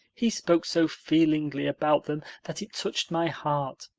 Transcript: he spoke so feelingly about them that it touched my heart.